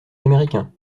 américain